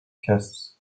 castes